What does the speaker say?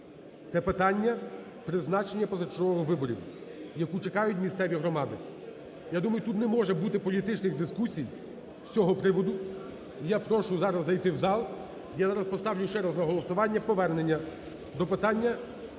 це питання призначення позачергових виборів, яке чекають місцеві громади. Я думаю, тут не може бути політичних дискусій з цього приводу. І я прошу зараз зайти у зал, я зараз поставлю ще раз на голосування повернення до питання